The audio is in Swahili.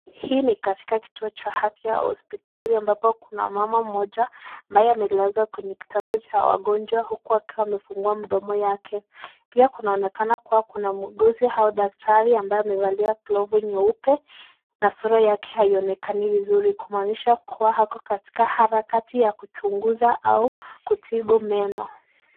Hii ni katika kituo cha afya au hospitali ambapo kuna mama mmoja ambaye amelazwa kwenye kitanda cha wagonjwa huku akiwa amefungua mdomo yake. Pia kunaoneka kuwa kuna muguzi au daktari ambaye amevalia glovo nyeupe na sura yake haionekani vizuri kumanisha kuwa ako katika harakati ya kuchunguza au kutibu meno.